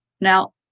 Now